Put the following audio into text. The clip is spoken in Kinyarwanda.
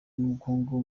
n’ubukungu